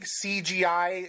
cgi